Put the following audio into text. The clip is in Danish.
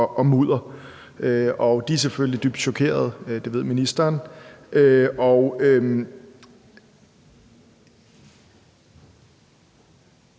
og mudder. De er selvfølgelig dybt chokerede. Det ved ministeren. Det